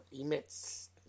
emits